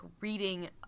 reading